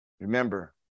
Remember